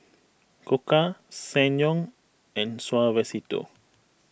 Koka Ssangyong and Suavecito